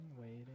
waiting